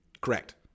Correct